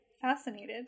fascinated